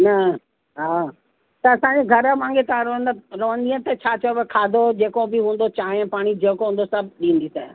न हा त असांजे घरु वांगुरु तव्हां रहंदा रहंदीअ त छा चइबो आहे खादो जेको बि हूंदो चांहि पाणी जेको हूंदो सभु ॾींदसि